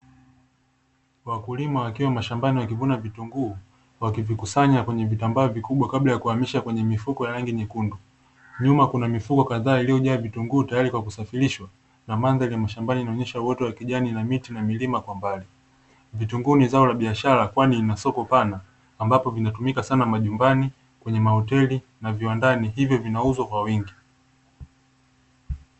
Wakulima wakiwa shambani wanavuna vitunguu, wakivikusanya kwenye vitambaa vikubwa kabla ya kuhamisha kwenye mifuko ya rangi nyekundu. Nyuma kuna mifuko kadhaa iliyojaa vitunguu tayari kwa kusafirishwa, na mandhari ya mashambani inaonyesha uoto wa kijani na miti na milima kwa mbali. Vitunguu ni zao la biashara kwani lina soko pana ambapo vinatumika sana majumbani, kwenye mahoteli na viwandani, hivyo vinauzwa kwa wingi.